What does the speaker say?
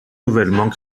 nouvellement